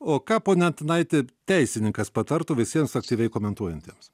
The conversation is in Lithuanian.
o ką pone antanaiti teisininkas patartų visiems aktyviai komentuojantiems